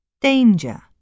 Danger